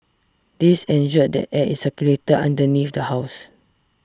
this ensured that air is circulated underneath the house